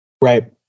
Right